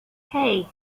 hey